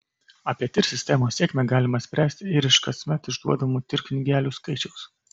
apie tir sistemos sėkmę galima spręsti ir iš kasmet išduodamų tir knygelių skaičiaus